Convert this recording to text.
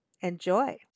Enjoy